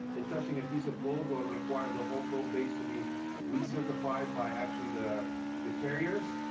it's touching a piece of code or required the whole code base to be recertified by actually the the carriers.